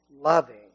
loving